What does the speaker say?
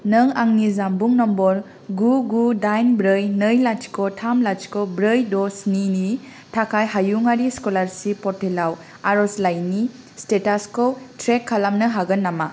नों आंनि जानबुं नम्बर गु गु दाइन ब्रै नै लाथिख' थाम लाथिख' ब्रै द' स्निनि थाखाय हायुंआरि स्कलारसिप पर्टेलाव आरज'लाइनि स्टेटासखौ ट्रेक खालामनो हागोन नामा